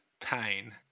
pain